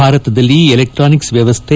ಭಾರತದಲ್ಲಿ ಎಲೆಕ್ಸಾನಿಕ್ಸ್ ವ್ಯವಸ್ಥೆ